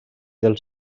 dels